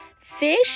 Fish